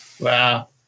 Wow